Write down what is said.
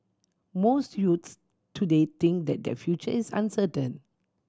most youths today think that their future is uncertain